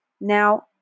Now